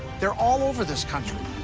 they're all over this country.